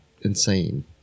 insane